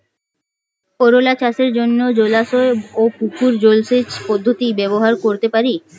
করোলা চাষের জন্য জলাশয় ও পুকুর জলসেচ পদ্ধতি ব্যবহার করতে পারি?